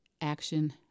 action